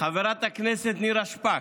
חברת הכנסת נירה שפק,